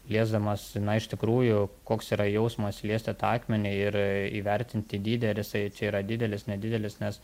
liesdamas na iš tikrųjų koks yra jausmas liesti tą akmenį ir įvertinti dydį ar jisai čia yra didelis nedidelis nes